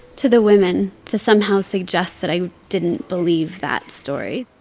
to the women to somehow suggest that i didn't believe that story.